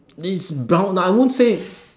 this brown I won't say it's